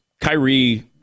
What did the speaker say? Kyrie